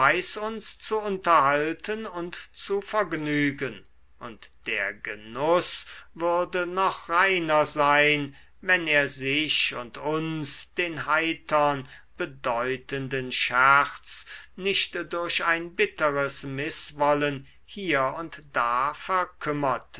uns zu unterhalten und zu vergnügen und der genuß würde noch reiner sein wenn er sich und uns den heitern bedeutenden scherz nicht durch ein bitteres mißwollen hier und da verkümmerte